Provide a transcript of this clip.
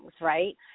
right